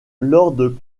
lord